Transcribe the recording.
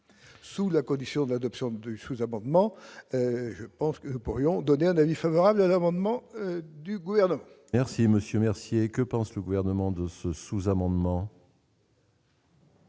Sous la condition d'adoption de sous amendements, je pense que pour lui ont donné un avis favorable à l'amendement du gouvernement. Merci Monsieur Mercier, que pense le gouvernement de ce sous-amendement.